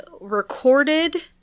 recorded